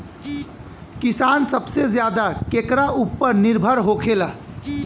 किसान सबसे ज्यादा केकरा ऊपर निर्भर होखेला?